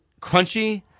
crunchy